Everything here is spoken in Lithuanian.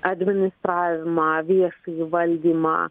administravimą viešąjį valdymą